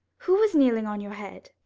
who was kneeling on your head?